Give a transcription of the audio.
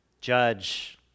judge